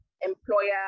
employer